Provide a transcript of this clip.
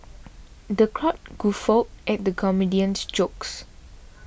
the crowd guffawed at the comedian's jokes